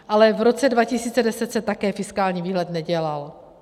Ale v roce 2010 se také fiskální výhled nedělal.